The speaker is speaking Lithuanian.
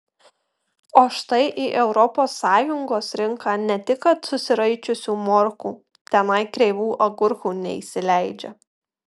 o štai į europos sąjungos rinką ne tik kad susiraičiusių morkų tenai kreivų agurkų neįsileidžia